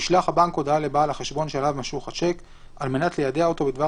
ישלח הבנק הודעה לבעל החשבון שעליו משוך השיק על מנת ליידע אותו בדבר